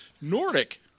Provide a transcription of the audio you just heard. Nordic